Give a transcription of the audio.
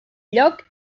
lloc